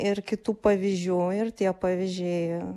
ir kitų pavyzdžių ir tie pavyzdžiai